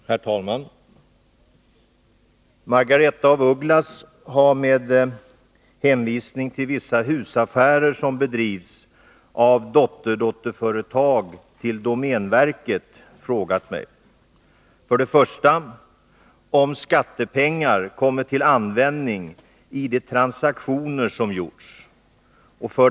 Herr talman! Margaretha af Ugglas har med hänvisning till vissa husaffärer som bedrivs av dotterdotterföretag till domänverket frågat mig: 1. Har skattepengar kommit till användning i de transaktioner som gjorts? 2.